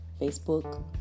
Facebook